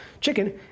chicken